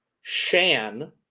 shan